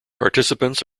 participants